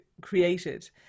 created